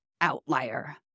outlier